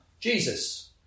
Jesus